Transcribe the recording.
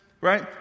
right